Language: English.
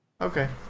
Okay